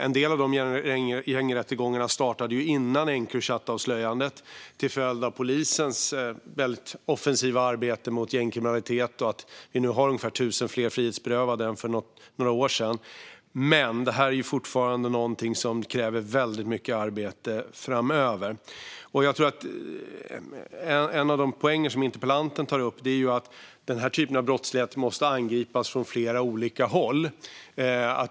En del av gängrättegångarna startade innan Encrochatavslöjandet till följd av polisens offensiva arbete mot gängkriminalitet och att det nu finns ungefär tusen fler frihetsberövade än för några år sedan. Men detta är något som fortfarande kräver mycket arbete framöver. En av de poänger som interpellanten tar upp är att den här typen av brottslighet måste angripas från flera olika håll.